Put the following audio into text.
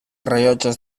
rellotges